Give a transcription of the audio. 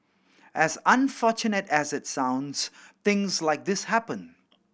as unfortunate as it sounds things like this happen